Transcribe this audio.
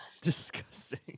disgusting